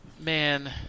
man